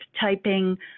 typing